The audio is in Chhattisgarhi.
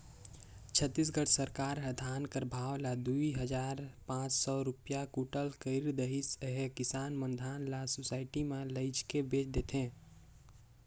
छत्तीसगढ़ सरकार ह धान कर भाव ल दुई हजार पाच सव रूपिया कुटल कइर देहिस अहे किसान मन धान ल सुसइटी मे लेइजके बेच देथे